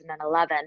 2011